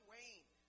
Wayne